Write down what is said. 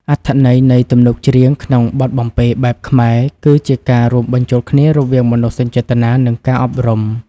អត្ថន័យនៃទំនុកច្រៀងក្នុងបទបំពេបែបខ្មែរ គឺជាការរួមបញ្ចូលគ្នារវាងមនោសញ្ចេតនា និងការអប់រំ។